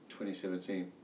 2017